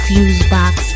Fusebox